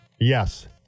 Yes